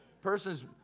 Person's